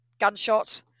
gunshot